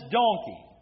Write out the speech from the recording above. donkey